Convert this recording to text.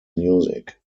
music